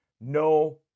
No